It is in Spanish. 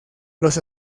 los